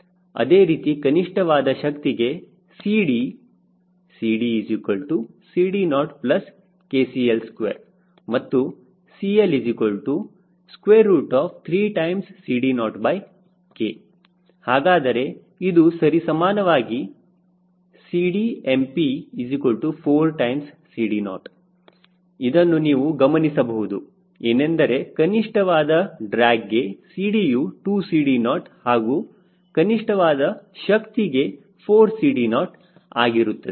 ಅದೇ ರೀತಿ ಕನಿಷ್ಠವಾದ ಶಕ್ತಿಗೆ CD CDCD0KCL2 ಮತ್ತು CL3CD0K ಹಾಗಾದರೆ ಇದು ಸರಿ ಸಮಾನವಾಗಿ CDmP4CD0 ಇದನ್ನು ನೀವು ಗಮನಿಸಬಹುದು ಏನೆಂದರೆ ಕನಿಷ್ಠವಾದ ಡ್ರ್ಯಾಗ್ಗೆ CDಯು 2CD0 ಹಾಗೂ ಕನಿಷ್ಠವಾದ ಶಕ್ತಿಗೆ 4CD0 ಆಗಿರುತ್ತದೆ